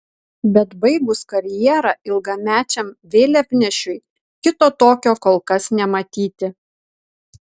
bet baigus karjerą ilgamečiam vėliavnešiui kito tokio kol kas nematyti